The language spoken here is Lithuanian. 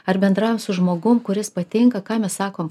ar bendraujam su žmogumi kuris patinka ką mes sakom